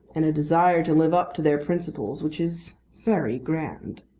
and a desire to live up to their principles which is very grand.